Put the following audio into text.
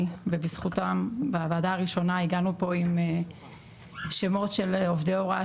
ובזכותם בוועדה הראשונה הגענו פה עם שמות של עובדי הוראה